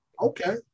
okay